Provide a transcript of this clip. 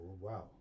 wow